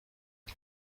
izo